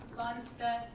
lunstedt.